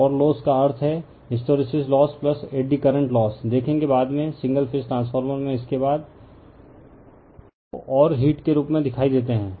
core loss का अर्थ है hysteresis loss eddy current loss देखेंगे बाद में सिंगल फेज ट्रांसफार्मर में इसके बाद toπcतो और हीट के रूप में दिखाई देते हैं